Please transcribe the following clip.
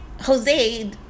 jose